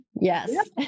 yes